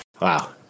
Wow